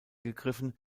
gegriffen